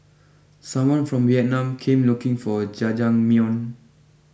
someone from Vietnam came looking for Jajangmyeon